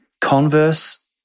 Converse